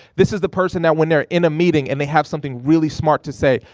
this is the person that when they're in a meeting and they have something really smart to say,